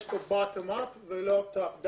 יש פה bottom-up ולא top-down,